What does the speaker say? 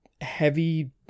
heavy